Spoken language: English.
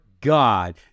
God